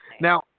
Now